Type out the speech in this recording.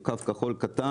הוא קו כחול קטן,